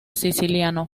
siciliano